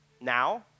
now